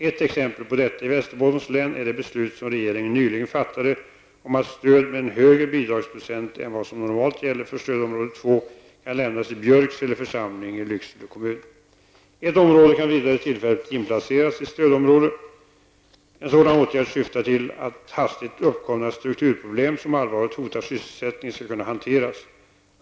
Ett exempel på detta i Västerbottens län är det beslut som regeringen nyligen fattat om att stöd med en högre bidragsprocent än vad som normalt gäller för stödområde 2 kan lämnas i Björksele församling i Ett område kan vidare tillfälligt inplaceras i ett stödområde. En sådan åtgärd syftar till att hastigt uppkomna strukturproblem som allvarligt hotar sysselsättningen skall kunna hanteras.